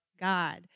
God